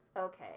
Okay